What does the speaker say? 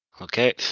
Okay